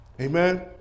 Amen